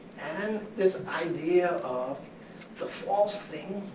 and this idea of the false thing,